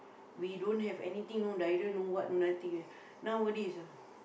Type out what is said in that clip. we don't have anything no no diarrhea no what no nothing ah nowadays ah